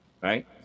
right